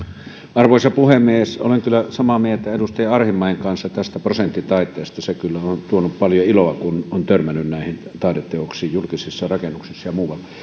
arvoisa puhemies olen kyllä samaa mieltä edustaja arhinmäen kanssa tästä prosenttitaiteesta se kyllä on on tuonut paljon iloa kun on törmännyt näihin taideteoksiin julkisissa rakennuksissa ja muualla